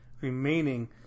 remaining